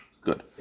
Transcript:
good